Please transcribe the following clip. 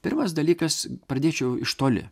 pirmas dalykas pradėčiau iš toli